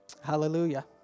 Hallelujah